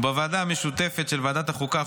ובוועדה המשותפת של ועדת החוקה,